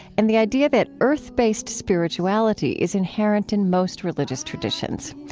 and the idea that earth-based spirituality is inherent in most religious traditions.